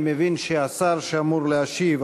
אני מבין שהשר שאמור להשיב,